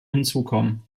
hinzukommen